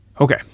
Okay